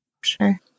Sure